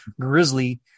Grizzly